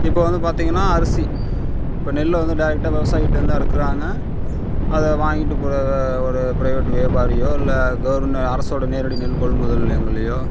இப்போ வந்து பார்த்திங்கன்னா அரிசி இப்போ நெல்லை வந்து டைரெக்டா விவசாயிகிட்டயிருந்து அறுக்கிறாங்க அதை வாங்கிட்டு போகிற ஒரு ப்ரைவேட் வியாபாரியோ இல்லை அரசோட நேரடி நெல் கொள்முதல் நிலையங்களயோ